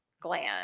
gland